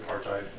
apartheid